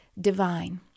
divine